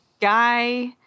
guy